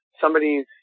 somebody's